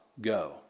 go